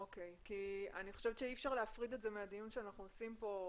אי אפשר להפריד את זה מהדיון שעושים פה.